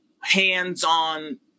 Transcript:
hands-on